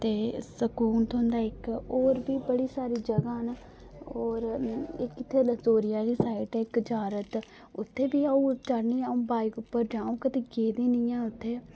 जां ते सकून थ्होंदा इक और बी बड़ी सारी जगहां न और इक इत्थै राजौरी आहली साइड इक जियारत ऐ उत्थै बी अ'ऊं चाहन्नीं आं कि अ'ऊं बाइक उप्पर जां कदें गेदी नेईं आं कदें